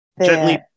gently